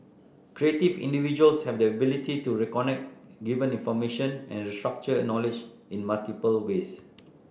creative individuals have the ability to reconnect given information and restructure knowledge in multiple ways